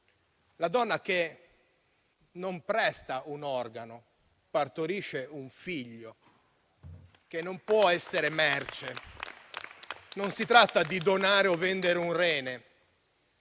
donna, che non presta un organo, ma partorisce un figlio che non può essere merce. Non si tratta di donare o vendere un rene: